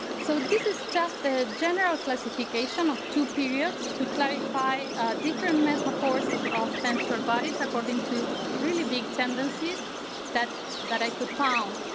so this is just a general classification of two periods to clarify different metaphors of menstrual bodies according to really big tendencies that that i could find.